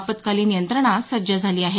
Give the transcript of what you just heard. आपत्कालीन यंत्रणा सज्ज झाली आहे